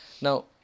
Now